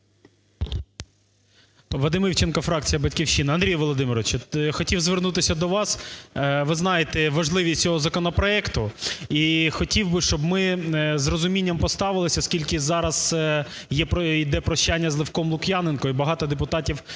Вадим Івченко, фракція "Батьківщина". Андрій Володимирович, хотів звернутися до вас. Ви знаєте важливість цього законопроекту. І хотів би, щоб ми з розумінням поставилися, оскільки зараз йде прощання з Левком Лук'яненком, і багато депутатів